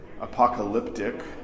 apocalyptic